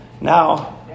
Now